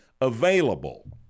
available